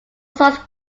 songs